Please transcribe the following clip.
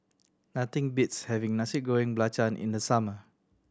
nothing beats having Nasi Goreng Belacan in the summer